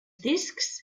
discs